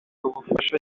ubufasha